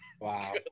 wow